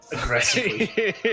aggressively